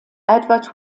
edward